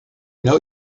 know